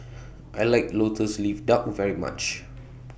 I like Lotus Leaf Duck very much